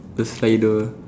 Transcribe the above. the slider